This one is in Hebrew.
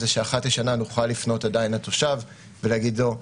שאחת לשנה נוכל עדיין לפנות לתושב ולהגיד לו: